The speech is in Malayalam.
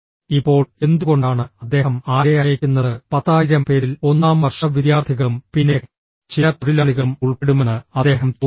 ഇപ്പോൾ എന്തുകൊണ്ടാണ് അദ്ദേഹം ആരെ അയയ്ക്കുന്നത് 10000 പേരിൽ ഒന്നാം വർഷ വിദ്യാർത്ഥികളും പിന്നെ ചില തൊഴിലാളികളും ഉൾപ്പെടുമെന്ന് അദ്ദേഹം ചോദിക്കുന്നു